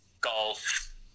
golf